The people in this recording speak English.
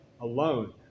alone